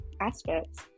aspects